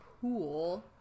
Pool